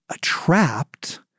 trapped